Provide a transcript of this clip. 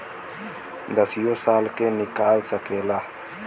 दसियो साल के निकाल सकेला